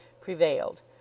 prevailed